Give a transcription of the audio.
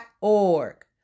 .org